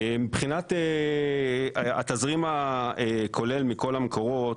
מבחינת התזרים הכולל מכל המקורות,